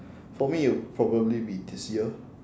for me it would probably be this year